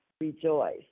rejoice